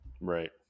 right